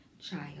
child